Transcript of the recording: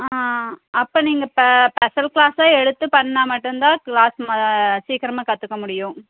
அப்போ நீங்கள் ப ஸ்பெஷல் க்ளாஸா எடுத்து பண்ணால் மட்டும்தான் க்ளாஸ் மா சீக்கிரமாக கற்றுக்க முடியும்